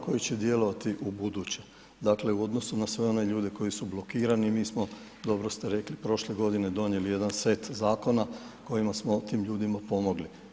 Ovo je zakon koji će djelovati ubuduće, dakle u odnosu na sve one ljudi koji su blokirani mi smo, dobro ste rekli prošle godine donijeli jedan set zakona kojima smo tim ljudima pomogli.